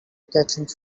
catching